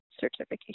certification